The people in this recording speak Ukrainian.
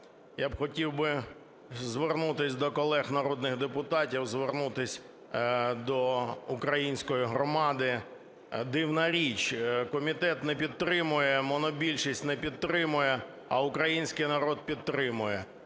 Я б хотів би звернутися до колег народних депутатів, звернутися до української громади. Дивна річ: комітет не підтримує, монобільшість не підтримує, а український народ підтримує.